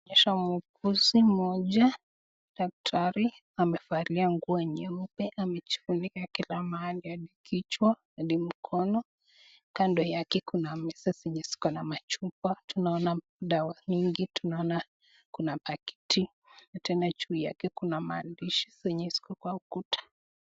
Inaonyesha muuguzi mmoja daktari, amevalia nguo nyeupe amejifunika kila mahali hadi kichwa hadi mkono. Kando yake kuna meza zenye ziko na machupa. Tunaona dawa mingi. Tunaona kuna pakiti na tena juu yake kuna maandishi zenye ziko kwa ukuta.